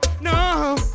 No